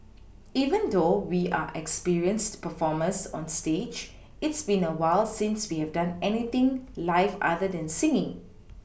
even though we are experienced performers on stage it's been a while since we've done anything live other than singing